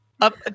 up